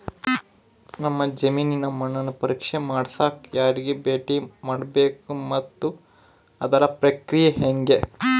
ನಮ್ಮ ಜಮೇನಿನ ಮಣ್ಣನ್ನು ಪರೇಕ್ಷೆ ಮಾಡ್ಸಕ ಯಾರಿಗೆ ಭೇಟಿ ಮಾಡಬೇಕು ಮತ್ತು ಅದರ ಪ್ರಕ್ರಿಯೆ ಹೆಂಗೆ?